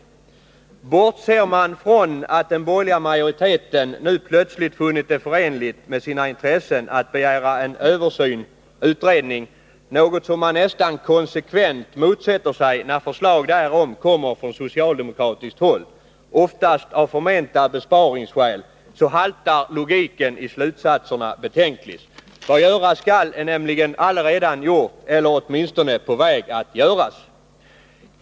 Bortser man från att den borgerliga majoriteten nu plötsligt funnit det förenligt med sina intressen att begära en översyn/utredning — något som man nästan konsekvent motsätter sig när förslag därom kommer från socialdemokratiskt håll, oftast av förmenta besparingsskäl — så haltar logiken i slutsatserna betänkligt. Vad göras skall är nämligen allaredan gjort, eller åtminstone på väg att göras.